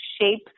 shape